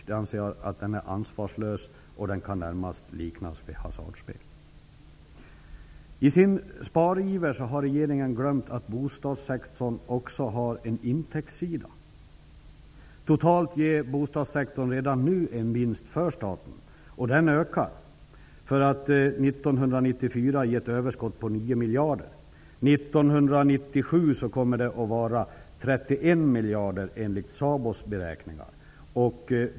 Jag anser att en sådan politik är ansvarslös och närmast kan liknas vid hasardspel. I sin spariver har regeringen glömt att bostadssektorn också har en intäktssida. Totalt sett ger bostadssektorn redan nu en vinst för staten. Den ökar och innebär ett överskott på 9 miljarder 1994. 1997 kommer överskottet enligt SABO:s beräkningar att vara 31 miljarder.